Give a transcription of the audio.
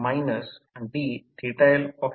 म्हणून I2 I 1 सह 8